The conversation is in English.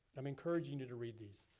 i'm encouraging you to read these.